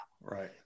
Right